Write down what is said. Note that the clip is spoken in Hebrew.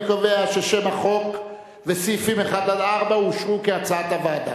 אני קובע ששם החוק וסעיפים 1 4 אושרו כהצעת הוועדה.